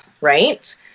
right